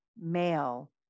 male